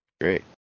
Great